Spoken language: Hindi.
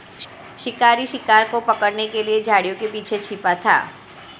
शिकारी शिकार को पकड़ने के लिए झाड़ियों के पीछे छिपा था